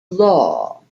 law